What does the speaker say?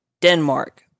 Denmark